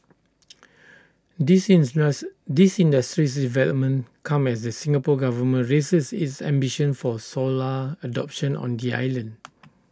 these these industries developments come as the Singapore Government raises its ambitions for solar adoption on the island